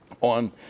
on